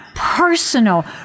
Personal